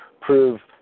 prove